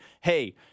hey